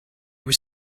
were